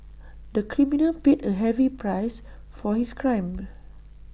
the criminal paid A heavy price for his crime